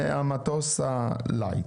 זה המטוס הלייט.